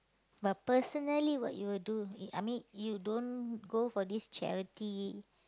but personally what you will do E~ I mean you don't go for this charity